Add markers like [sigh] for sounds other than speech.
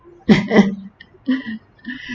[laughs]